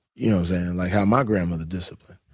you know, like how my grandmother disciplined.